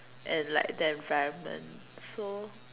and like the environment so